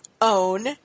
own